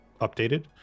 updated